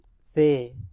say